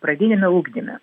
pradiniame ugdyme